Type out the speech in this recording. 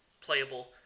playable